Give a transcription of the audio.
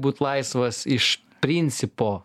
būt laisvas iš principo